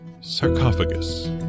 Sarcophagus